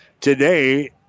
Today